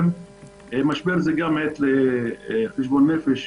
המשבר הזה גם מייצר חשבון נפש.